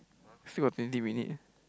still got twenty minute